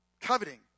Coveting